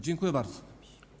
Dziękuję bardzo.